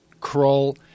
crawl